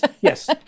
yes